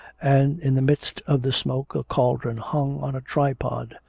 and in the midst of the smoke a cauldron hung on a tripod.